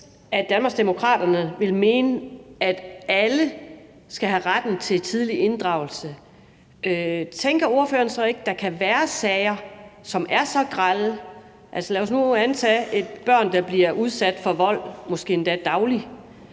at Danmarksdemokraterne vil mene, at alle skal have ret til tidlig inddragelse, tænker ordføreren så ikke, at der kan være sager – lad os tage et eksempel, hvor børn bliver udsat for vold, måske endda dagligt